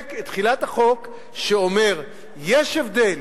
יחוקק את תחילת החוק שאומר שיש הבדל